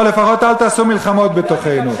או לפחות אל תעשו מלחמות בתוכנו.